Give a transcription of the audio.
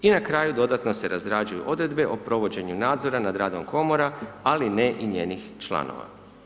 I na kraju, dodatno se razrađuju odredbe o provođenju nadzora nad radom komora, ali ne i njenih članova.